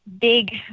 big